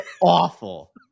awful